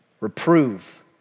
Reprove